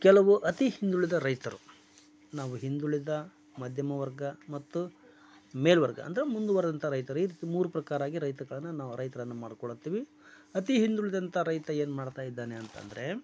ಕೆಲವು ಅತಿ ಹಿಂದುಳಿದ ರೈತರು ನಾವು ಹಿಂದುಳಿದ ಮಧ್ಯಮ ವರ್ಗ ಮತ್ತು ಮೇಲುವರ್ಗ ಅಂದರೆ ಮುಂದುವರಿದಂಥ ರೈತರು ಈ ರೀತಿ ಮೂರು ಪ್ರಕಾರಾಗಿ ರೈತ್ರುಗಳನ್ನ ನಾವು ರೈತರನ್ನ ಮಾಡ್ಕೊಳ್ತೀವಿ ಅತಿ ಹಿಂದುಳಿದಂಥ ರೈತ ಏನು ಮಾಡ್ತಾ ಇದ್ದಾನೆ ಅಂತಂದರೆ